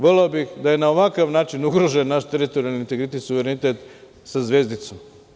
Voleo bih da je na ovakav način ugrožen naš teritorijalni integritet i suverenitet sa zvezdicom.